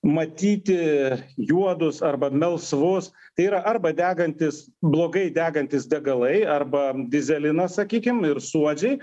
matyti juodus arba melsvus tai yra arba degantys blogai degantys degalai arba dyzelinas sakykim ir suodžiai